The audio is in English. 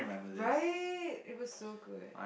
right it was so good